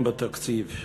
האי-שוויון בתקציב,